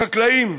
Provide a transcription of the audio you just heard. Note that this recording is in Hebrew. החקלאים,